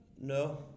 No